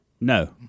No